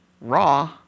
raw